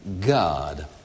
God